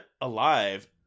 alive